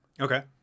Okay